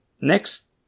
next